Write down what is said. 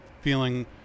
feeling